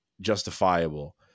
justifiable